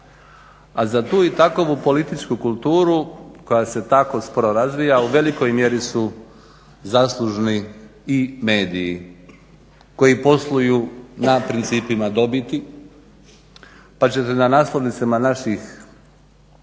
A za tu i takvu političku kulturu koja se tako sporo razvija u velikoj mjeri su zaslužni i mediji koji posluju na principima dobiti pa ćete na naslovnicama naših